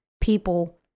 people